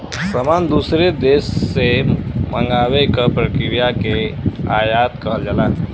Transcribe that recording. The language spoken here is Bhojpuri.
सामान दूसरे देश से मंगावे क प्रक्रिया के आयात कहल जाला